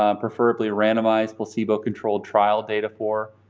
um preferably randomized placebo-controlled trial data for,